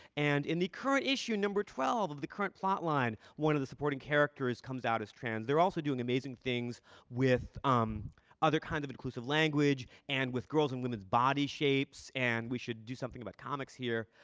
and in the current issue, number twelve, of the current plot-line, one of the supporting characters comes out as trans. they're also doing amazing things with um other kind of inclusive language and with girls' and women's body shapes. and we should do something about comics here,